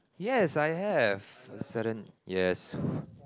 yes I have certain yes